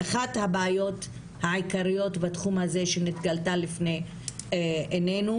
אחת הבעיות העיקריות בתחום הזה שנגלתה לפני עינינו